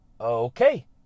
Okay